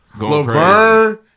Laverne